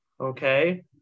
Okay